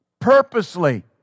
purposely